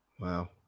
Wow